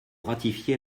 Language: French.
ratifier